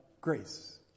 grace